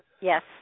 Yes